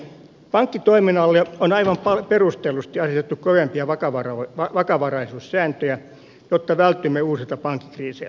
pankkitoiminnalle on aivan perustellusti asetettu kovempia vakavaraisuussääntöjä jotta välttyisimme uusilta pankkikriiseiltä